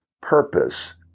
purpose